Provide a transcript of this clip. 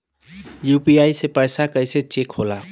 UPI से पैसा कैसे चेक होला?